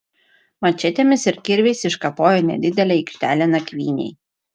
mačetėmis ir kirviais iškapojo nedidelę aikštelę nakvynei